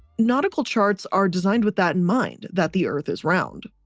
nautical charts are designed with that in mind that the earth is round.